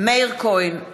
מאיר כהן,